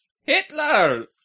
Hitler